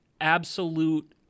absolute